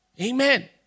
Amen